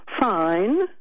Fine